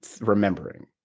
remembering